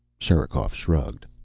sherikov shrugged.